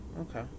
Okay